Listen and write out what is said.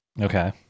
Okay